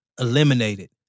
eliminated